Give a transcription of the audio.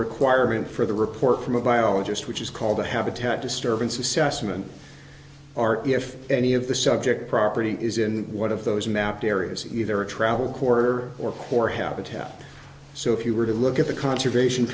requirement for the report from a biologist which is called the habitat disturbance assessment or if any of the subject property is in one of those mapped areas either a travel corridor or core habitat so if you were to look at the conservation